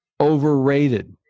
overrated